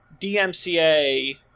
DMCA